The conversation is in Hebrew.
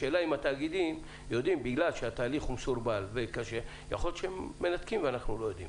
השאלה אם התאגידים מנתקים ואנחנו לא יודעים?